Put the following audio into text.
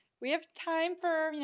we have time for, you know,